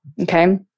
okay